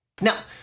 Now